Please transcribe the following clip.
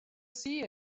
see